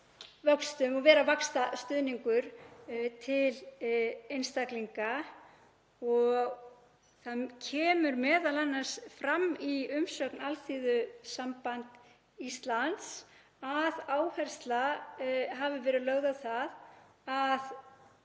og vera vaxtastuðningur til einstaklinga. Það kemur m.a. fram í umsögn Alþýðusambands Íslands að áhersla hafi verið lögð á það að